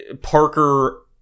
Parker